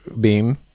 beam